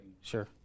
Sure